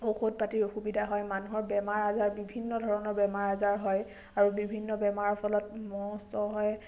ঔষধ পাতিৰ অসুবিধা হয় মানুহৰ বেমাৰ আজাৰ বিভিন্ন ধৰণৰ বেমাৰ আজাৰ হয় আৰু বিভিন্ন বেমাৰৰ ফলত মহ চহ হয়